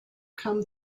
come